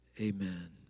Amen